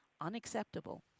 Unacceptable